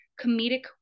comedic